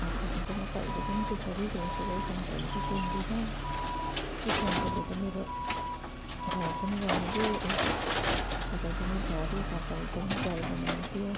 अबदेखि चाहिँ म कहिले पनि त्यसरी जुनसुकै स्याम्पोहरू चाहिँ किन्दिन त्यो स्याम्पोले त मेरो घाउ पनि बनाइदियो उल्टा कपाल पनि झऱ्यो कपाल पनि ड्राई बनाइ दियो